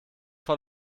vor